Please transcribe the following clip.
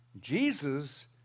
Jesus